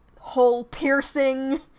hole-piercing